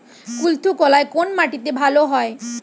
কুলত্থ কলাই কোন মাটিতে ভালো হয়?